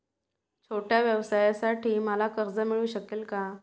छोट्या व्यवसायासाठी मला कर्ज मिळू शकेल का?